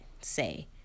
say